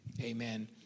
amen